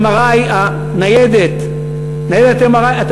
ניידת MRI,